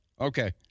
Okay